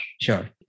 Sure